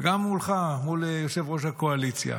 וגם מולך, יושב-ראש הקואליציה,